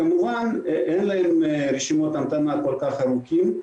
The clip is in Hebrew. כמובן שאין להן רשימות המתנה כל כך ארוכות,